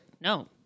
no